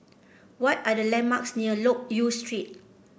what are the landmarks near Loke Yew Street